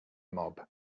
mob